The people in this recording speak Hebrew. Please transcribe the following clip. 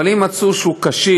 אבל אם מצאו שהוא כשיר,